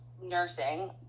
nursing